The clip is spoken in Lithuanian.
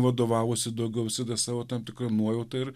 vadovavosi daugiau visada savo tam tikra nuojauta ir